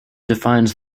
defines